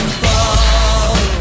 fall